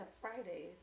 Fridays